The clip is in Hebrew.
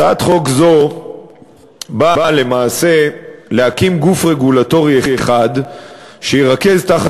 הצעת חוק זו באה למעשה להקים גוף רגולטורי אחד שירכז תחת